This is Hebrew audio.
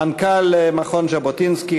מנכ"ל מכון ז'בוטינסקי,